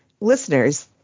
Listeners